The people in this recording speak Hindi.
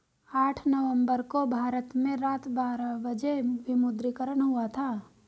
आठ नवम्बर को भारत में रात बारह बजे विमुद्रीकरण हुआ था